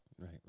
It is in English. right